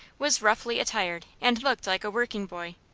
was roughly attired, and looked like a working boy.